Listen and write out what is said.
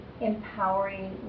empowering